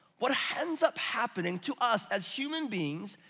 what ends up happening to us as human beings,